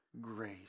Grace